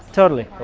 totally.